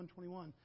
121